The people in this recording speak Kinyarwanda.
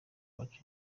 uwacu